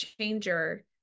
changer